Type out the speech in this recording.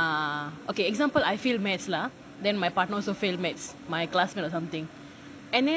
ah okay example I fail mathematics lah then my partner also fail mathematics my classmate or something and then